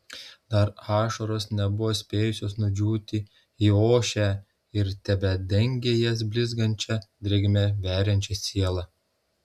dar ašaros nebuvo spėjusios nudžiūti į ošę ir tebedengė jas blizgančia drėgme veriančia sielą